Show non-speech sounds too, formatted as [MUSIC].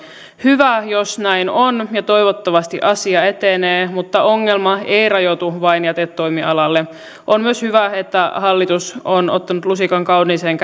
hyvä jos näin on ja toivottavasti asia etenee mutta ongelma ei rajoitu vain jätetoimialalle on myös hyvä että hallitus on ottanut lusikan kauniiseen [UNINTELLIGIBLE]